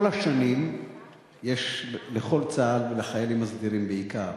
כל השנים יש לכל צה"ל, ולחיילים הסדירים בעיקר.